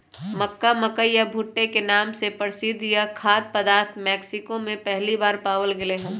मक्का, मकई या भुट्टे के नाम से प्रसिद्ध यह खाद्य पदार्थ मेक्सिको में पहली बार पावाल गयले हल